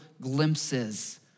glimpses